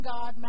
God